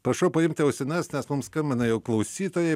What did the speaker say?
prašau paimti ausines nes mums skambina jau klausytojai